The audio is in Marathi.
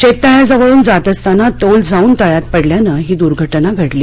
शेततळ्याजवळून जात असताना तोल जाऊन तळ्यात पडल्यानं ही दुर्घटना घडली